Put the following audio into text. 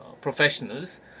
professionals